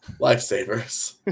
lifesavers